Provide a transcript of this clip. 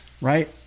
right